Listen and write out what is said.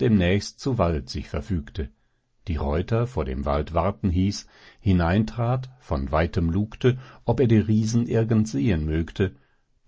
demnächst zu wald sich verfügte die reuter vor dem wald warten hieß hineintrat von weitem lugte ob er die riesen irgend sehen mögte